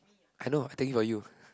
I know I thinking about you